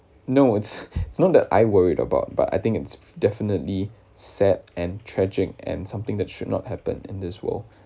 no it's it's not that I worried about but I think it's definitely sad and tragic and something that should not happen in this world